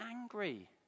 angry